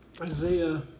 Isaiah